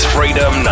Freedom